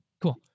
cool